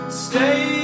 stay